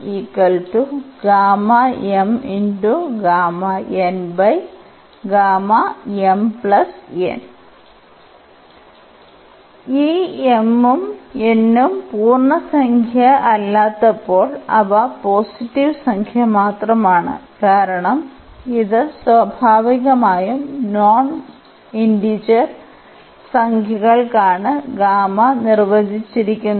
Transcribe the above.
ഈ m ഉം n ഉം പൂർണ്ണസംഖ്യയല്ലാത്തപ്പോൾ അവ പോസിറ്റീവ് സംഖ്യ മാത്രമാണ്കാരണം ഇത് സ്വാഭാവികമായും നോൺ ഇന്റിജെർ സംഖ്യകൾക്കാണ് ഗാമ നിർവചിച്ചിരിക്കുന്നത്